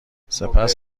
سپس